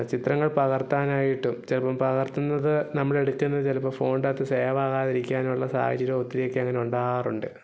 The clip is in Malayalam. ചിത്രങ്ങള് പകര്ത്താനായിട്ടും ചിലപ്പോൾ പകര്ത്തുന്നത് നമ്മൾ എടുക്കുന്നത് ചിലപ്പോൾ ഫോണിന്റെ അകത്ത് സേവ് ആകാതിരിക്കാനുള്ള സാഹചര്യം ഒത്തിരിയൊക്കെ അങ്ങനെ ഉണ്ടാവാറുണ്ട്